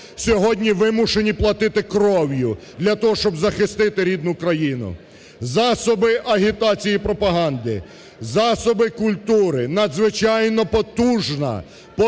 сьогодні вимушені платити кров'ю для того, щоб захистити рідну країну. Засоби агітації пропаганди, засоби культури надзвичайно потужна, потужна